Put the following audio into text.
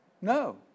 No